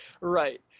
Right